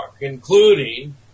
including